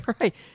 right